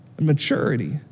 Maturity